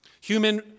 human